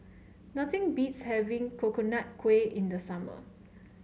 nothing beats having Coconut Kuih in the summer